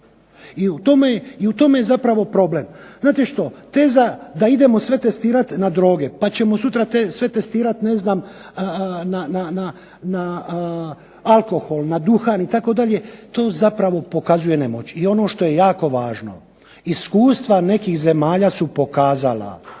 I u tome je zapravo problem. Znate što, teza da idemo sve testirati na droge pa ćemo sutra sve testirati ne znam na alkohol, na duhan itd., to zapravo pokazuje nemoć. I ono što je jako važno iskustva nekih zemalja su pokazala